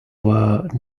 were